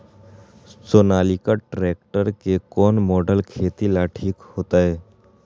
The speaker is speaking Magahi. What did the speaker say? सोनालिका ट्रेक्टर के कौन मॉडल खेती ला ठीक होतै?